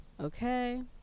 okay